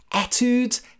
Etudes